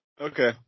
Okay